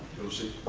docey.